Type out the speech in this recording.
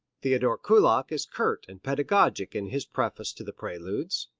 theodore kullak is curt and pedagogic in his preface to the preludes.